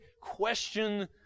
question